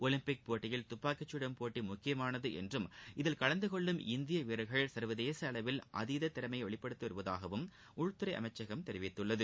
Olympic போட்டியில் துப்பாக்கி கடும் போட்டி முக்கியமானது என்றும் இதில் கலந்துகொள்ளும் இந்திய வீரர்கள் சர்வதேச அளவில் அதீத திறமையை வெளிபடுத்திவருவதாகவும் உள்துறை அமைச்சகம் தெரிவித்துள்ளது